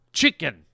chicken